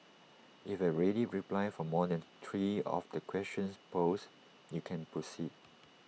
if you have A ready reply for more than three of the questions posed you can proceed